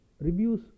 reviews